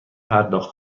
پرداخت